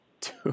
Two